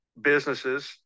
businesses